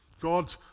God